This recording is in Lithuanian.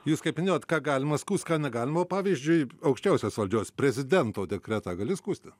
jūs kaip minėjot ką galima skųst ką galima pavyzdžiui aukščiausios valdžios prezidento dekretą gali skųsti